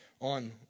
on